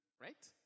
right